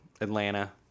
Atlanta